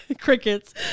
crickets